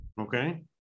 Okay